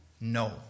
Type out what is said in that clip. no